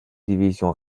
divisions